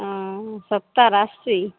हँ सत्तरि अस्सी